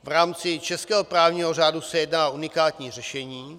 V rámci českého právního řádu se jedná o unikátní řešení.